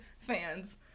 fans